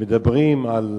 ומדברים על